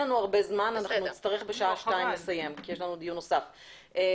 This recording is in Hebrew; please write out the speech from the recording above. נצטרך לסיים ב-14:00 כי יש לנו דיון נוסף.